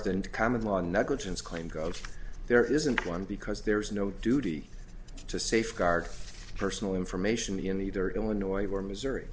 and common law negligence claim go there isn't one because there is no duty to safeguard personal information in the dirt illinois or missouri